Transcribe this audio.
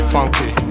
funky